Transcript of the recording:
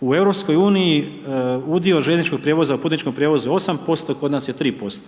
U EU-u udio željezničkog prijevoza u putničkom prijevozu je 8%, kod nas je 3%.